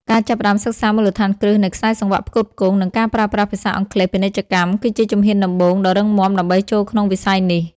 ការចាប់ផ្តើមសិក្សាមូលដ្ឋានគ្រឹះនៃខ្សែសង្វាក់ផ្គត់ផ្គង់ និងការប្រើប្រាស់ភាសាអង់គ្លេសពាណិជ្ជកម្ម គឺជាជំហានដំបូងដ៏រឹងមាំដើម្បីចូលក្នុងវិស័យនេះ។